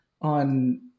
on